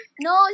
No